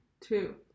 two